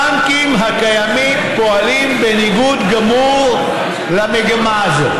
הבנקים הקיימים פועלים בניגוד גמור למגמה הזו.